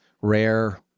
rare